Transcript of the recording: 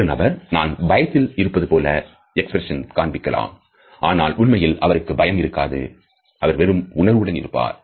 ஒரு நபர் நான் பயத்தில் இருப்பது போல எக்ஸ்பிரஷன்ஸ் காண்பிக்கலாம் ஆனால் உண்மையில் அவருக்குள் பயம் இருக்காது அவர் வேறு உணர்வுடன் இருப்பார்